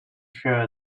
her